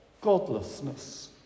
godlessness